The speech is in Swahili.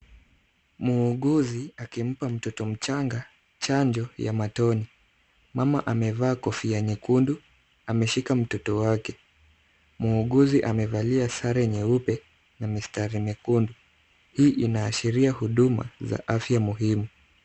Muuguzi akimpa mtoto mchanga chanjo ya matone. Mama amevaa kofia nyekundu, ameshika mtoto wake. Muuguzi amevalia sare nyeupe na mistari mekundu. Hii inaashiria huduma za afya muhimu.